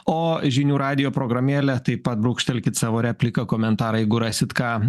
o žinių radijo programėle taip pat brūkštelkit savo repliką komentarą jeigu rasit ką